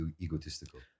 egotistical